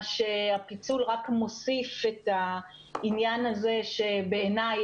מה שהפיצול רק מוסיף את העניין הזה שבעיניי,